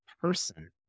person